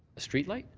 street light?